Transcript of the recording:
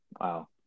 Wow